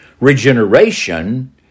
Regeneration